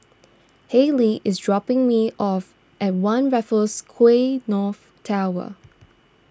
Hadley is dropping me off at one Raffles Quay North Tower